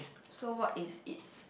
so what is its